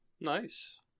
Nice